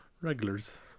regulars